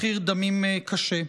מחיר דמים קשה.